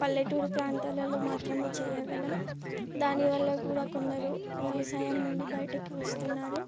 పల్లెటూరు ప్రాంతాలలో మాత్రమే చేయగలం దానివల్ల కూడా కొందరు వ్యవసాయం నుండి బయటికి వస్తున్నారు